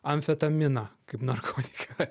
amfetaminą kaip narkotiką